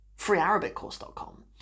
freearabiccourse.com